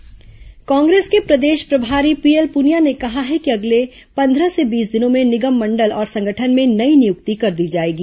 पुनिया बातचीत कांग्रेस के प्रदेश प्रभारी पीएल पुनिया ने कहा है कि अगले पंद्रह से बीस दिनों में निगम मंडल और संगठन में नई नियुक्ति कर दी जाएगी